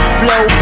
blow